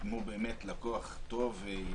אם הוא באמת לקוח טוב ונורמטיבי